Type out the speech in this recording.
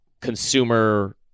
consumer